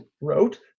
wrote